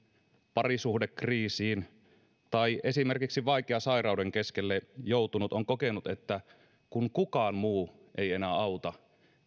parisuhdekriisiin tai esimerkiksi vaikean sairauden keskelle joutunut on kokenut että kun kukaan muu ei enää auta